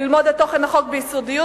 ללמוד את תוכן החוק ביסודיות,